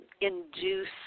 induce